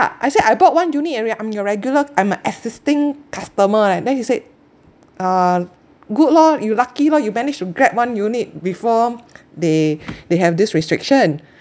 I said I bought one unit already I'm your regular I'm a existing customer leh then he said uh good lor you lucky lor you managed to grab one unit before they they have this restriction